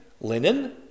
linen